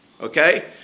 Okay